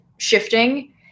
shifting